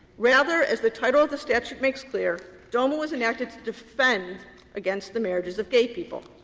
rather, as the title of the statute makes clear, doma was enacted to defend against the marriages of gay people.